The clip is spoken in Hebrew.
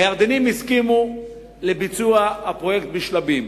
הירדנים הסכימו לביצוע הפרויקט בשלבים.